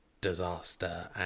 disaster